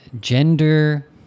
gender